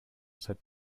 said